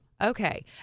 Okay